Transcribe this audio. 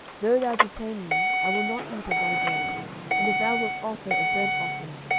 though thou detain me, i will not eat of thy bread and if thou wilt offer a burnt offering,